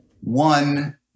One